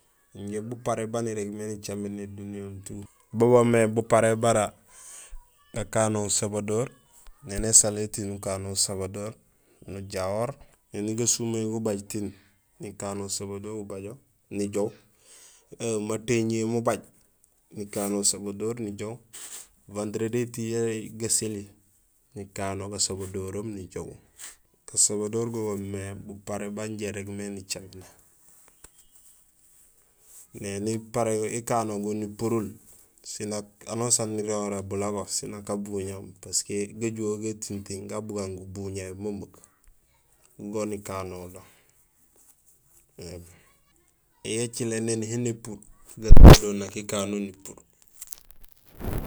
Injé buparé baan irégmé nicaméné duniyehoom tout bo boomé buparé bara gakano usabadoor. Néni ésalo étiiŋ nukano nikano gasabadoor nijahor éni gasumey gubaj tiin nikano gasabador nijoow éni matéñiyé mubaj nikano usabador nijoow Vendredi étiiŋ yara gaseli nikano gasabadoroom nijoow. Gasabadoor go goomé buparé baan irégmé nicaméné néni iparé ikano go nipurul siin nak anusaan nuréhoré siin nak abuñahoom parce que gajuho gatintiiŋ gan bugaan gubuñahé memeek go nikanohulo éém yo écilé néni hon népuur gasabador nak ikano nipuur.